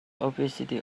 opacity